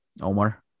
Omar